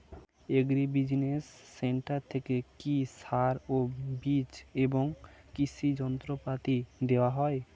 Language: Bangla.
এগ্রি বিজিনেস সেন্টার থেকে কি সার ও বিজ এবং কৃষি যন্ত্র পাতি দেওয়া হয়?